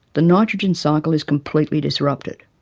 the nitrogen cycle is completely disrupted.